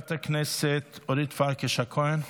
חברת הכנסת אורית פרקש הכהן,